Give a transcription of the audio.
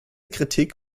kritik